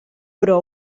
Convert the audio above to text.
però